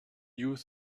use